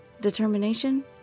Determination